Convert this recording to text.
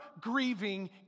grieving